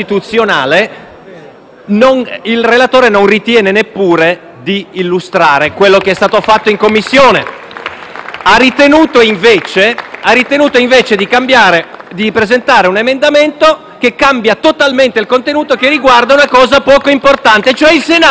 il relatore non ritiene neppure di illustrare quello che è stato fatto in Commissione. *(Applausi dal Gruppo FI-BP)*. Ha ritenuto invece di presentare un emendamento che ne cambia totalmente il contenuto e riguarda una cosa poco importante, il Senato della Repubblica,